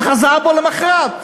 הוא חזר בו למחרת.